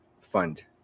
fund